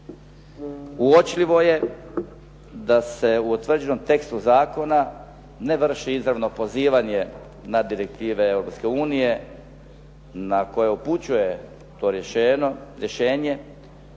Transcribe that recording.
Uočljivo je da se u utvrđenom tekstu zakona ne vrši izravno pozivanje na direktive Europske unije na koje upućuje to rješenje,